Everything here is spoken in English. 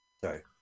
Sorry